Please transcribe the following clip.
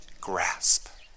grasp